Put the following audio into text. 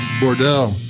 Bordeaux